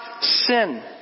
sin